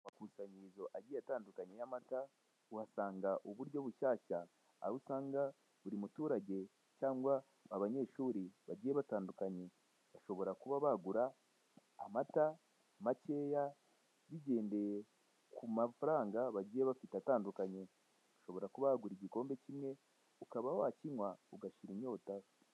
Amakusanyirizo agiye atandukanye y'amata, uhasanga uburyo bushyashya. Aho usanga buri muturage cyangwa abanyeshuri bagiye batandukanye bashobora kuba bagura amata makeya bigendeye ku mafaranga bagiye bafite atandukanye, ushobaro kuba wagura igikombe kimwe ukaba wakinywa ugashira inyota.